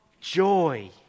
joy